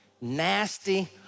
nasty